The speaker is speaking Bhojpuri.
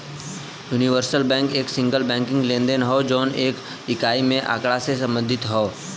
यूनिवर्सल बैंक एक सिंगल बैंकिंग लेनदेन हौ जौन एक इकाई के आँकड़ा से संबंधित हौ